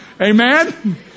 Amen